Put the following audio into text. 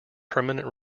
permanent